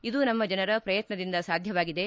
ಇದು ನಮ್ಮ ಜನರ ಪ್ರಯತ್ನದಿಂದ ಸಾಧ್ಯವಾಗಿದೆ